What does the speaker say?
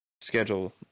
schedule